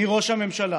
מראש הממשלה